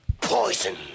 Poison